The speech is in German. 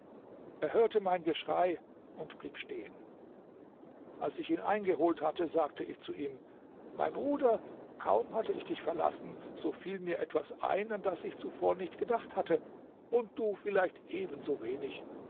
er hörte mein geschrei und blieb stehen als ich ihn eingeholt hatte sagte ich zu ihm mein bruder kaum hatte ich dich verlassen so fiel mir etwas ein an was ich zuvor nicht gedacht hatte und du vielleicht ebenso